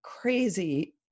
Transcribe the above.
crazy